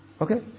Okay